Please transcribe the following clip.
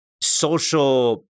social